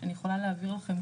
אני יכולה להעביר לכם,